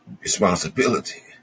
responsibility